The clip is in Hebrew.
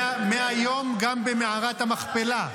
מהיום, גם במערת המכפלה.